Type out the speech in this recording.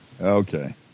Okay